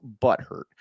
butthurt